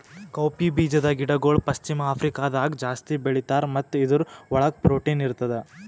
cowpea ಬೀಜದ ಗಿಡಗೊಳ್ ಪಶ್ಚಿಮ ಆಫ್ರಿಕಾದಾಗ್ ಜಾಸ್ತಿ ಬೆಳೀತಾರ್ ಮತ್ತ ಇದುರ್ ಒಳಗ್ ಪ್ರೊಟೀನ್ ಇರ್ತದ